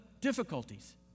difficulties